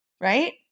Right